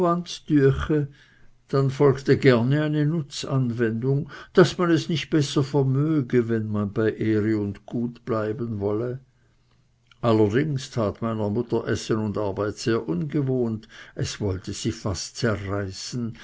dann folgte gerne eine nutzanwendung daß man es nicht besser vermöge wenn man bei ehre und gut bleiben wolle allerdings tat meiner mutter essen und arbeit sehr ungewohnt es wollte sie fast zerreißen